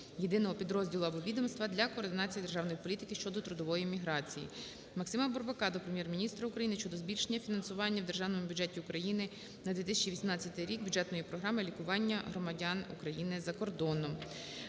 єдиного підрозділу (або відомства) для координації державної політики щодо трудової міграції. МаксимаБурбака до Прем'єр-міністра України щодо збільшення фінансування в Державному бюджеті України на 2018 рік бюджетної програми "Лікування громадян України за кордоном".